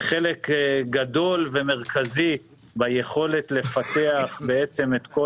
חלק גדול ומרכזי ביכולת לפתח את כל